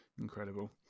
Incredible